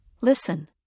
Listen